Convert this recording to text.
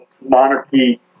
monarchy